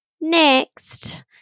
next